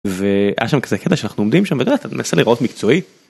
והיה שם כזה קטע שאנחנו עומדים שם וזה ואתה מנסה להראות מקצועי.